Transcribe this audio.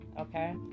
okay